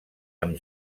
amb